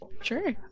Sure